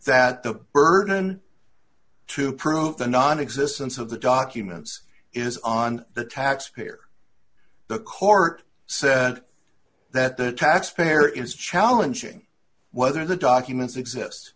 that the burden to prove the nonexistence of the documents is on the taxpayer the court said that the taxpayer is challenging whether the documents exist